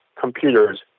computers